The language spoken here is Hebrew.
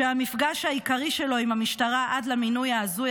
שהמפגש העיקרי שלו עם המשטרה עד למינוי ההזוי